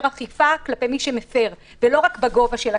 אכיפה כלפי מי שמפר ולא רק בגובה הקנסות,